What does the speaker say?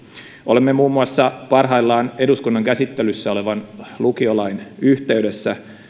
olemme muun muassa parhaillaan eduskunnan käsittelyssä olevan lukiolain yhteydessä